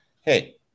hey